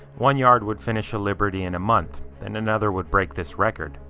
one yard would finish a liberty in a month and another would break this record,